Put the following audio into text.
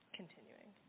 continuing